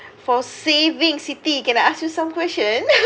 for saving siti you I ask you some question